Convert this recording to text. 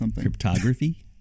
Cryptography